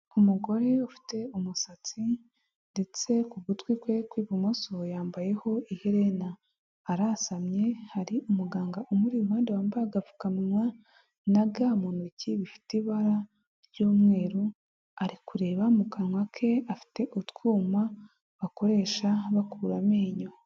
Umugore ufite umusatsi ndetse ku gutwi kwe kw'ibumoso yambayeho iherena. Arasamye hari umuganga umuri iruhande wambaye agapfukamwa na ga mu ntoki, bifite ibara ry'umweru, ari kureba mu kanwa ke, afite utwuma bakoresha bakura amenyo.